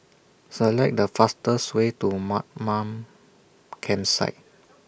Select The fastest Way to Mamam Campsite